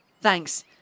Thanks